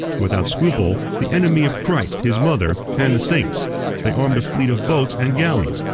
without scruple, the enemy of christ, his mother, and the saints they armed a fleet of boats and galleys,